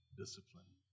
discipline